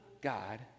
God